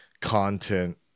content